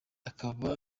akaba